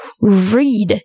read